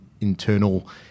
internal